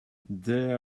they